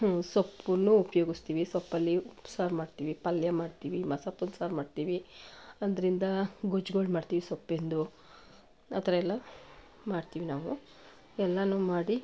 ಸೊಪ್ಪನ್ನು ಉಪಯೋಗಿಸ್ತೀವಿ ಸೊಪ್ಪಲ್ಲಿ ಸಾರು ಮಾಡ್ತೀವಿ ಪಲ್ಯ ಮಾಡ್ತೀವಿ ಮಸಪ್ಪಿನ ಸಾರು ಮಾಡ್ತೀವಿ ಅದರಿಂದ ಗೊಜ್ಗಳು ಮಾಡ್ತೀವಿ ಸೊಪ್ಪಿಂದು ಆ ಥರ ಎಲ್ಲ ಮಾಡ್ತೀವಿ ನಾವು ಎಲ್ಲನೂ ಮಾಡಿ